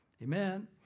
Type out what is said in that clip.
Amen